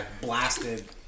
blasted